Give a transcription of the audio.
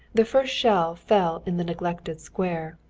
the first shell fell in the neglected square.